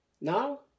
Now